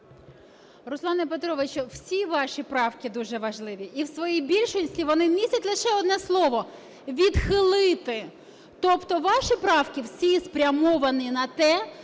Руслане Петровичу, всі ваші правки дуже важливі. І у своїй більшості вони містять лише одне слово "відхилити". Тобто ваші правки всі спрямовані на те,